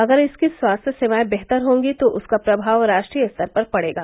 अगर इसकी स्वास्थ्य सेवायें बेहतर होगी तो उसका प्रनाव राष्ट्रीय स्तर पर पड़ेगा